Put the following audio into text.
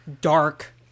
Dark